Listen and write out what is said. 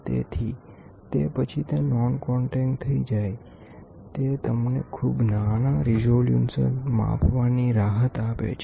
તેથી તે પછી તે નોનકોંટેકટ થઈ જાય તે તમને ખૂબ નાના રેસોલુર્શન માપવાની રાહત આપે છે